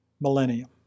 Millennium